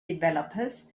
developers